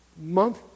Month